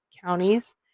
counties